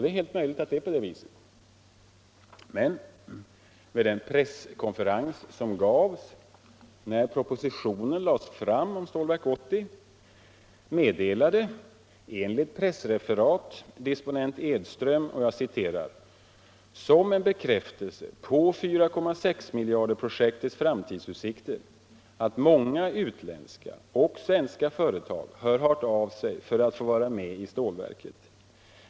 Det är helt möjligt att det är på det viset. Men vid den presskonferens som gavs när propositionen om Stålverk 80 lades fram meddelade — enligt pressreferatet — disponent Edström som ”en bekräftelse på 4,6-miljarderprojektets framtidsutsikter -=--att många utländska och svenska företag har hört av sig för att få vara med i stålverket.